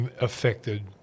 affected